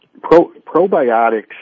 Probiotics